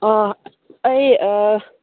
ꯑꯩ